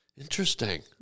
Interesting